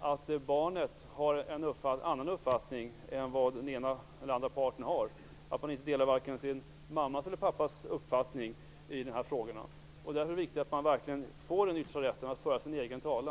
att barnet har en annan uppfattning än vad den ena eller den andra parten har, och varken delar sin mammas eller pappas uppfattning i frågan. Det är därför viktigt att barnet får den yttersta rätten att föra sin egen talan.